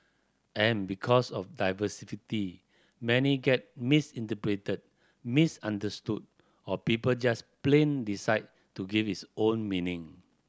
and because of many get misinterpreted misunderstood or people just plain decide to give its own meaning